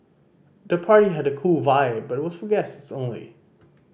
the party had a cool vibe but was for guests the only